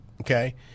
Okay